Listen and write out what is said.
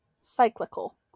Cyclical